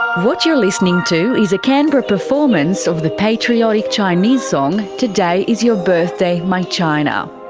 what you're listening to is a canberra performance of the patriotic chinese song today is your birthday, my china'.